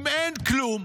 אם אין כלום,